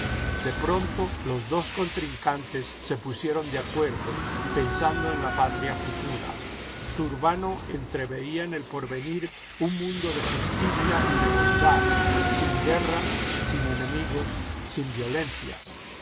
de pronto los dos contrincantes se pusieron de acuerdo pensando en la patria futura zurbano entreveía en el porvenir un mundo de justicia y de bondad sin guerras sin enemiigos sin violencias